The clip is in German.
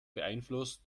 beeinflusst